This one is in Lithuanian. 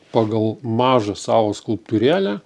pagal mažą savo skulptūrėlę